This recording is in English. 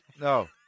no